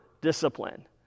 discipline